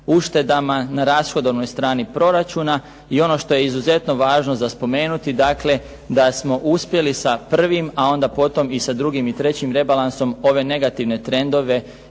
uštedama na rashodovnoj strani proračuna i ono što je izuzetno važno za spomenuti, dakle da smo uspjeli sa prvim, a onda potom i sa drugim i trećim rebalansom ove negativne trendove